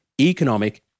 economic